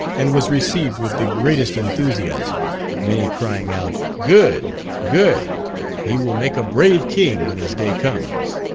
and was received with the greatest enthusiasm many crying out, good, good he will make a brave king when his day comes.